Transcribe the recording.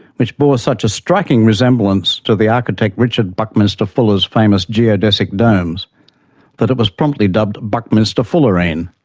which bore such a striking resemblance to the architect richard buckminster fuller's famous geodesic domes that it was promptly dubbed buckminsterfullerene.